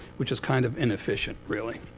which is kind of inefficient, really.